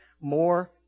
more